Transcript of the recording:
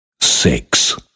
six